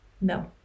no